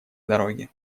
дороге